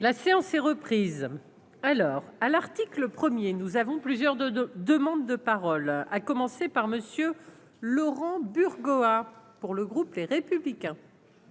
La séance est reprise alors à l'article 1er nous avons plusieurs de de demandes de parole, à commencer par monsieur Laurent Burgo a, pour le groupe Les Républicains.